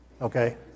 Okay